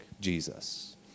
Jesus